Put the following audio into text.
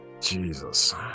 Jesus